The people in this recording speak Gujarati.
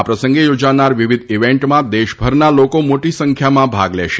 આ પ્રસંગે યોજાનાર વિવિધ ઇવેન્ટમાં દેશભરના લોકો મોટી સંખ્યામાં ભાગ લેશે